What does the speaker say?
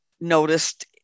noticed